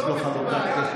לא מקובל.